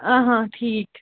ٹھیٖک